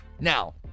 Now